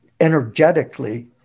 energetically